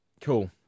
Cool